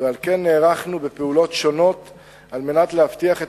ועל כן נערכנו בפעולות שונות על מנת להבטיח את